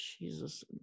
Jesus